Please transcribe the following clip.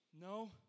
No